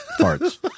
parts